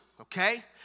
Okay